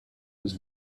was